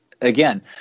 Again